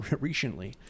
recently